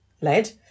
led